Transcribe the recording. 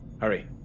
Hurry